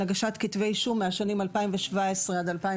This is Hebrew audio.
הגשת כתבי אישום מהשנים 2017 - 2020,